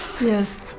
Yes